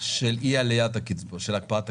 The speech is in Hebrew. של הקפאת הקצבאות?